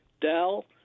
Dell